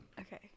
Okay